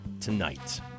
tonight